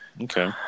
Okay